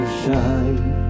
shine